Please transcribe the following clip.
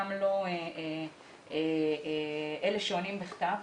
גם לא אלה שעונים בכתב,